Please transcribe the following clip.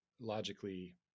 logically